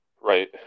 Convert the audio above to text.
Right